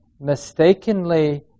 mistakenly